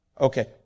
Okay